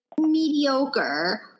mediocre